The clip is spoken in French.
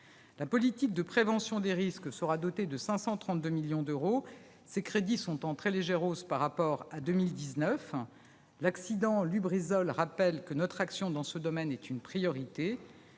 la politique de prévention des risques sera dotée de 532 millions d'euros. Ces crédits sont en très légère hausse par rapport à 2019. L'accident de Lubrizol rappelle que notre action dans ce domaine est une priorité.